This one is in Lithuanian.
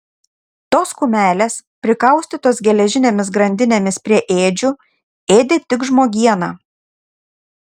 tos kumelės prikaustytos geležinėmis grandinėmis prie ėdžių ėdė tik žmogieną